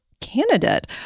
candidate